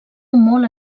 molt